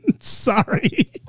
Sorry